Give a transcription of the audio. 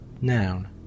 Noun